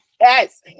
Yes